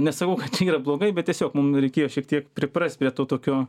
nesakau kad čia yra blogai bet tiesiog mum reikėjo šiek tiek priprast prie to tokio